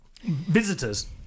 visitors